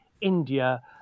India